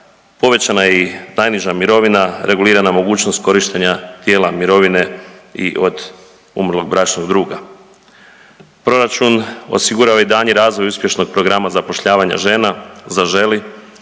povećana je i najniža mirovina, regulirana mogućnost korištenja dijela mirovine i od umrlog bračnog druga. Proračun osigurava i daljnji razvoj uspješnog programa zapošljavanja žena „Zaželi“,